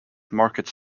markets